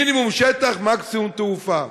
מינימום שטח, מקסימום תעופה.